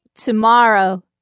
Tomorrow